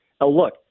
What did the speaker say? look